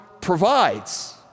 provides